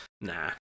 nah